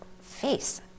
face